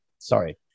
Sorry